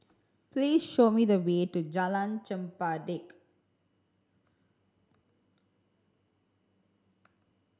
please show me the way to Jalan Chempedak